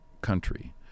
country